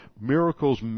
Miracles